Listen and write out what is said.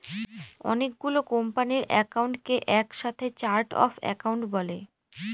অনেকগুলো কোম্পানির একাউন্টকে এক সাথে চার্ট অফ একাউন্ট বলে